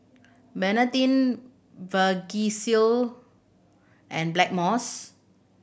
Betadine Vagisil and Blackmores